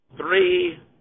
three